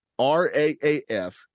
RAAF